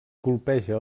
colpeja